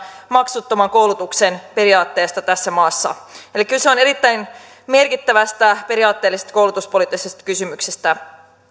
maksuttoman koulutuksen periaatteesta tässä maassa kyse on erittäin merkittävästä periaatteellisesta koulutuspoliittisesta kysymyksestä